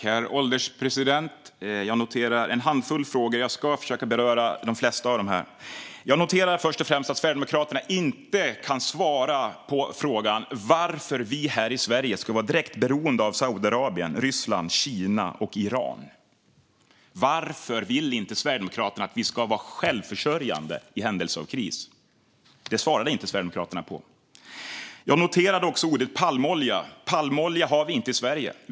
Herr ålderspresident! Jag noterar en handfull frågor. Jag ska försöka beröra de flesta av dem. Jag noterar först och främst att Sverigedemokraterna inte kan svara på varför Sverige ska vara direkt beroende av Saudiarabien, Ryssland, Kina och Iran. Varför vill inte Sverigedemokraterna att vi ska vara självförsörjande i händelse av kris? Det svarade inte Sverigedemokraterna på. Jag noterade också ordet palmolja. Vi producerar inte palmolja i Sverige.